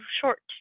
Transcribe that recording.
short